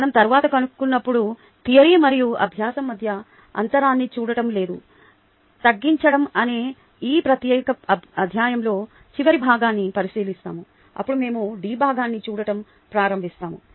మనం తరువాత కలుసుకున్నప్పుడు థియరీ మరియు అభ్యాసం మధ్య అంతరాన్ని చూడటం లేదా తగ్గించడం అనే ఈ ప్రత్యేక అధ్యాయంలో చివరి భాగాన్ని పరిశీలిస్తాము అప్పుడు మేము D భాగాన్ని చూడటం ప్రారంభిస్తాము